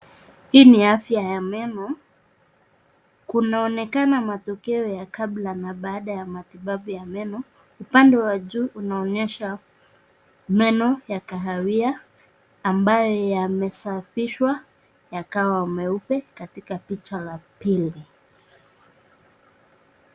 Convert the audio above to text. Hii ni afya ya meno. Kunaonekana matokeo ya kabla na baada ya matibabu ya meno. Upande wa juu unaonyesha meno ya kahawia ambayo yamesafishwa yakawa meupe katika picha la pili.